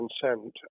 consent